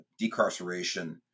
decarceration